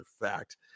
fact